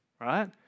right